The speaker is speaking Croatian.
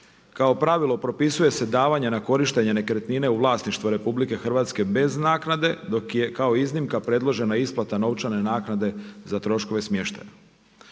Kao pravilo propisuje se davanje na korištenje nekretnine u vlasništvu RH bez naknade dok je kao iznimka predložena isplata novčane naknade za troškove smještaja.